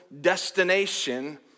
destination